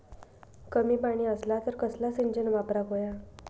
कमी पाणी असला तर कसला सिंचन वापराक होया?